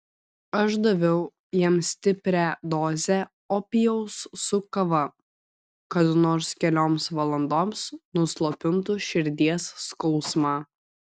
aš daviau jam stiprią dozę opijaus su kava kad nors kelioms valandoms nuslopintų širdies skausmą